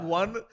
one